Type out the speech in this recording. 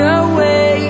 away